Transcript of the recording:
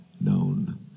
known